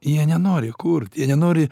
jie nenori kurt jie nenori